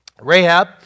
Rahab